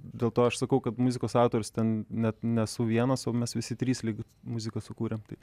dėl to aš sakau kad muzikos autorius ten net nesu vienas o mes visi trys lyg muziką sukūrėm tai